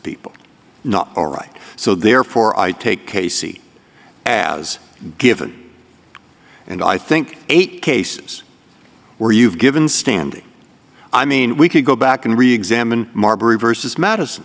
people not all right so therefore i take casey as given and i think eight cases where you've given standing i mean we could go back and reexamine marbury vs madison